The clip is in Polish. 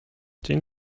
dzień